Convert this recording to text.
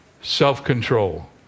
self-control